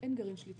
אין גרעין שליטה.